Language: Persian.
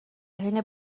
حین